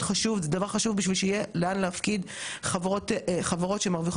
חברות שמרוויחות כספים אמורות לשלם זכויות עובדים לעובדים האלה,